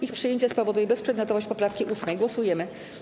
Ich przyjęcie spowoduje bezprzedmiotowość poprawki 8. Głosujemy.